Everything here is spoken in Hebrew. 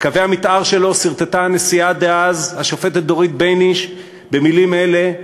את קווי המתאר שלו סרטטה הנשיאה דאז השופטת דורית בייניש במילים אלה,